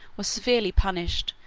was severely punished,